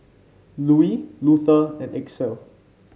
Louie Luther and Axel